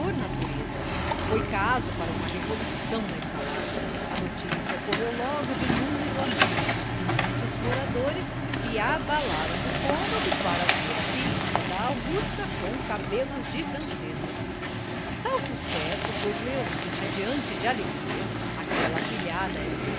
natureza foi caso para uma revolução na estalagem a noticia correu logo de número a número e muitos moradores se abalaram do cômodo para ver a filhita da augusta com cabelos de francesa tal sucesso pôs léonie radiante de alegria aquela afilhada era